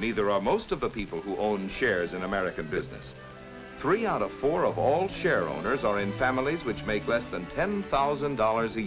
neither are most of the people who own shares in american business three out of four of all share owners are in families which make less than ten thousand dollars a